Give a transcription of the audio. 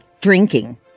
drinking